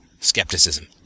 skepticism